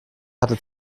hatte